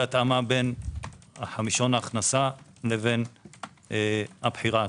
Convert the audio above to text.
התאמה בין חמישון ההכנסה לבחירה עצמה.